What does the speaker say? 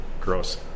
Gross